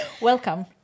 Welcome